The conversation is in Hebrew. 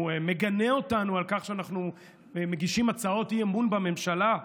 הוא מגנה אותנו על כך שאנחנו מגישים הצעות אי-אמון בממשלה,